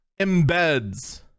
embeds